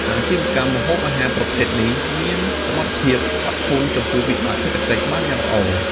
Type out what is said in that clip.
អាជីវកម្មម្ហូបអាហារប្រភេទនេះ មានសមត្ថភាពអត់ធន់ចំពោះវិបត្តិសេដ្ឋកិច្ចបានយ៉ាងល្អ។